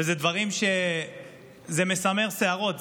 ואלה דברים מסמרי שערות.